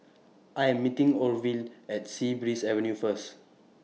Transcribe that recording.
I Am meeting Orvil At Sea Breeze Avenue First